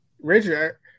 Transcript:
Richard